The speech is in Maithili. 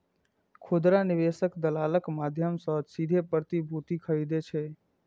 खुदरा निवेशक दलालक माध्यम सं सीधे प्रतिभूति खरीदै छै